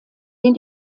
den